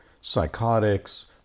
psychotics